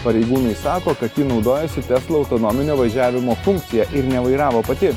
pareigūnai sako kad ji naudojosi tesla autonominio važiavimo funkcija ir nevairavo pati